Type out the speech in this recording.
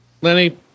Lenny